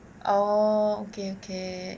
oh okay okay